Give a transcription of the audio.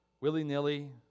willy-nilly